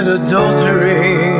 Adultery